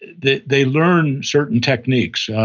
they they learn certain techniques.